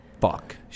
Fuck